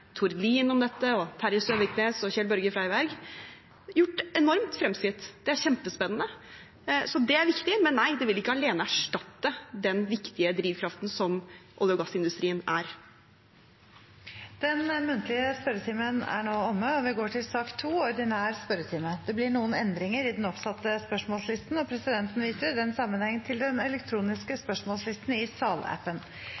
Terje Søviknes og Kjell-Børge Freiberg om karbonfangst og -lagring, gjorde vi enorme fremskritt. Det er kjempespennende, og det er viktig. Men nei, det vil ikke alene erstatte den viktige drivkraften som olje- og gassindustrien er. Den muntlige spørretimen er nå omme, og vi går til ordinær spørretime. Det blir noen endringer i den oppsatte spørsmålslisten, og presidenten viser i den sammenheng til den elektroniske